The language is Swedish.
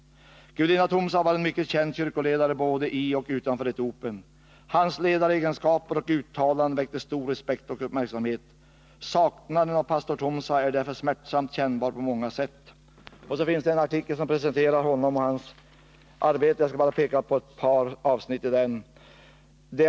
Gudina Tumsa var en mycket känd kyrkoledare både i och utanför Etiopien. Hans ledaregenskaper och uttalanden väckte stor respekt och uppmärksamhet. Saknaden av pastor Tumsa är därför smärtsamt kännbar på många sätt.” Sedan finns det en artikel som presenterar honom och hans arbete. Jag skall bara peka på ett par avsnitt i den.